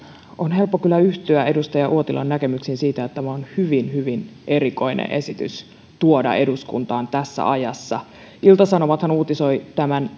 on helppo kyllä yhtyä edustaja uotilan näkemyksiin siitä että tämä on hyvin hyvin erikoinen esitys tuoda eduskuntaan tässä ajassa iltalehti uutisoi tämän